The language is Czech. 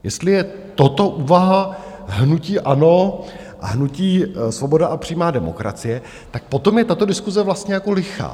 Jestli je toto úvaha hnutí ANO a hnutí Svoboda a přímá demokracie, tak potom je tato diskuse vlastně lichá.